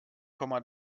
komma